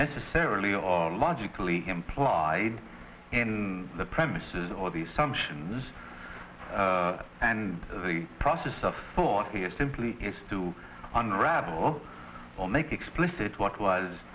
necessarily or logically implied in the premises or the assumptions and the process of thought here simply is to unravel or make explicit w